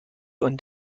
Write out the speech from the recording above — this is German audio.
und